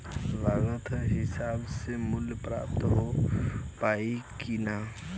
लागत के हिसाब से मूल्य प्राप्त हो पायी की ना?